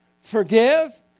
Forgive